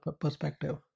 perspective